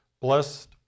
Blessed